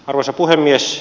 arvoisa puhemies